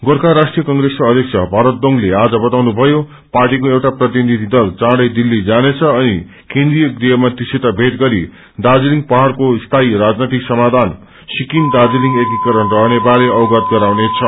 गोर्खा राष्ट्रिय कंग्रेसका अध्यक्ष भरत दोङले आज बाताउनु भयो पार्टीको एउटा प्रतिनिधि दल चाँडै दिल्ती जानेछ अनि केन्द्रिय गृहमंत्रीसित भेटगरि दार्जीलिङ पहाड़को स्थायी राजनैतिक समाधान सिकिम दाज्रीलिङ एकीकरण रहने बारे अवगत गराउनेछ